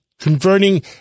Converting